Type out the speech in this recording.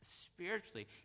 spiritually